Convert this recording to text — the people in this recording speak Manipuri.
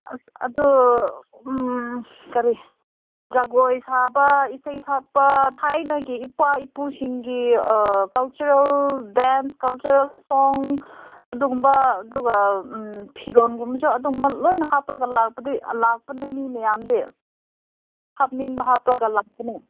ꯑꯁ ꯑꯗꯨ ꯀꯔꯤ ꯖꯒꯣꯏ ꯁꯥꯕ ꯏꯁꯩ ꯁꯛꯄ ꯊꯥꯏꯅꯒꯤ ꯏꯄꯥ ꯏꯄꯨꯁꯤꯡꯒꯤ ꯀꯜꯆꯔꯦꯜ ꯗꯥꯟꯁ ꯀꯜꯆꯔꯦꯜ ꯁꯣꯡ ꯑꯗꯨꯒꯨꯝꯕꯗꯨ ꯑꯗꯨꯒ ꯐꯤꯔꯣꯜꯒꯨꯝꯕꯁꯨ ꯑꯗꯨꯝꯃꯛ ꯂꯣꯏꯅꯃꯛ ꯍꯥꯞꯄꯒ ꯂꯥꯛꯄꯗꯤ ꯂꯥꯛꯄꯅꯦ ꯃꯤ ꯃꯌꯥꯝꯗꯤ ꯍꯥꯞꯅꯤꯡꯕ ꯍꯥꯞꯄꯒ ꯂꯥꯛꯄꯅꯦ